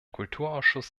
kulturausschuss